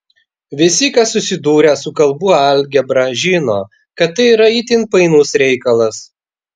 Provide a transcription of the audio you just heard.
visi kas susidūrę su kalbų algebra žino kad tai yra itin painus reikalas